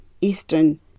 Eastern